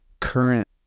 current